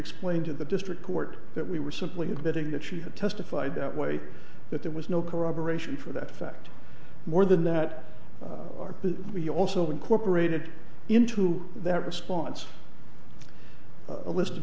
explained to the district court that we were simply admitting that she had testified that way that there was no corroboration for that fact more than that are we also incorporated into that response a list of